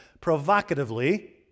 provocatively